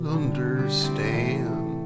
understand